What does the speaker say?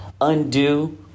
undo